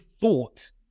thought